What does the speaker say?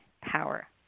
power